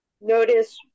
notice